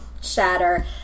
shatter